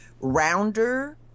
rounder